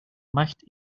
macht